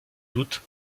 doute